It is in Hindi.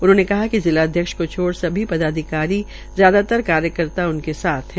उनहोंने कहा कि जिलाध्यक्ष को छोड़कर पदाधिकारी व ज्यादातर कार्यकर्ताउनके साथ है